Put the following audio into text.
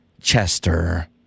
Chester